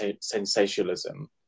sensationalism